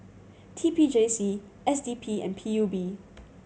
T P J C S D P and P U B